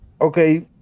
okay